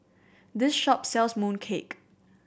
this shop sells mooncake